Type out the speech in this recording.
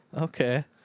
Okay